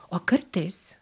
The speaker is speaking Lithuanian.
o kartais